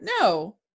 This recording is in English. No